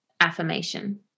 affirmation